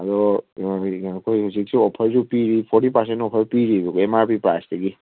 ꯑꯗꯣ ꯑꯩꯈꯣꯏ ꯍꯧꯖꯤꯛꯁꯨ ꯑꯣꯐꯔꯁꯨ ꯄꯤꯔꯤ ꯐꯣꯔꯇꯤ ꯄꯔꯁꯦꯟ ꯑꯣꯐꯔ ꯄꯤꯔꯤꯕ ꯑꯦꯝ ꯃꯥꯔ ꯄꯤ ꯄ꯭ꯔꯥꯏꯁꯇꯒꯤ